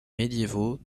médiévaux